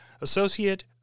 Associate